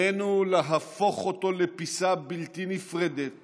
עלינו להפוך אותו לפיסה בלתי נפרדת